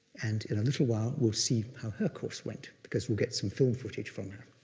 and in a little while we'll see how her course went, because we'll get some film footage from her.